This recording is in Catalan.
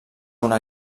una